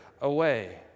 away